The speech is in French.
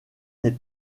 n’est